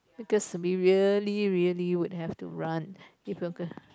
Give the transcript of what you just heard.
because we really really would have to run if we are